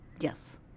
Yes